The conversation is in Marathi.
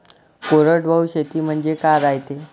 कोरडवाहू शेती म्हनजे का रायते?